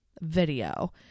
video